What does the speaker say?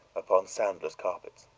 upon soundless carpets.